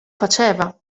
faceva